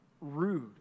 rude